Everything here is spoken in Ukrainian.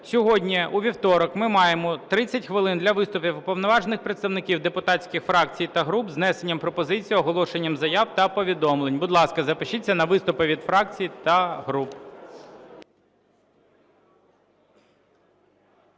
сьогодні, у вівторок, ми маємо 30 хвилин для виступів уповноважених представників депутатських фракцій та груп з внесенням пропозицій, оголошенням заяв та повідомлень. Будь ласка, запишіться на виступи від фракцій та груп.